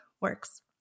works